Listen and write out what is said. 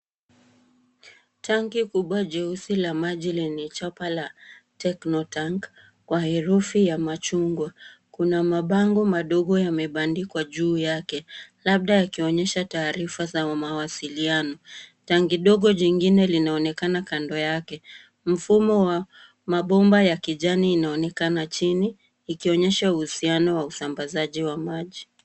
Tanki kubwa jeusi la maji lenye chapa la TechnoTank kwa herufi ya machungwa. Kuna mabango madogo yamebandikwa juu yake, labda yakionyesha taarifa za mawasiliano. Tanki lingine ndogo linaonekana kando yake, na mfumo wa mabomba ya kijani inaonekana chini, ikionyesha uhusiano wa usambazaji wa maji.